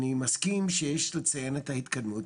אני מסכים שיש לציין את ההתקדמות,